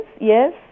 yes